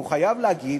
הוא חייב להגיד,